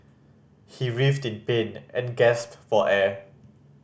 he writhed in pain and gasped for air